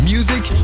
Music